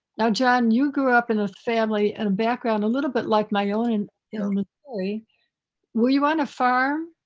now, john, you grew up in a family and a background a little bit like my own in illinois. were you on a farm?